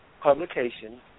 Publication